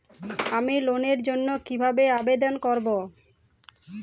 আমি লোনের জন্য কিভাবে আবেদন করব?